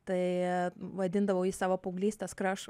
tai vadindavau jį savo paauglystės krašu